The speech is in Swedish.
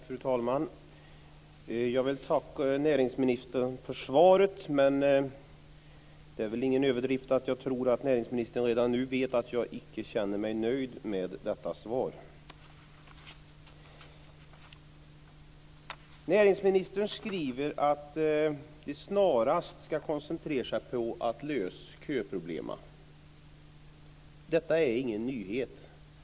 Fru talman! Jag vill tacka näringsministern för svaret, men det är väl ingen överdrift att tro att näringsministern redan nu vet att jag icke känner mig nöjd med detta svar. Näringsministern skriver att man snarast ska koncentrera sig på att lösa köproblemen. Detta är ingen nyhet.